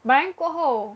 but then 过后